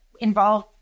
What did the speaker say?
Involve